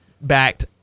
backed